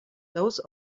those